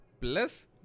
plus